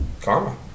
karma